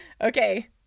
Okay